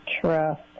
trust